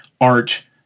art